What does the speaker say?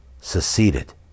seceded